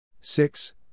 Six